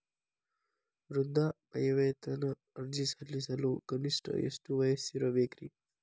ವೃದ್ಧಾಪ್ಯವೇತನ ಅರ್ಜಿ ಸಲ್ಲಿಸಲು ಕನಿಷ್ಟ ಎಷ್ಟು ವಯಸ್ಸಿರಬೇಕ್ರಿ?